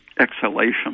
exhalation